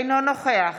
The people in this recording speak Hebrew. אינו נוכח